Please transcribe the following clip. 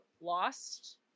lost